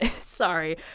Sorry